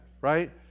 Right